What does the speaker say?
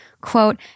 quote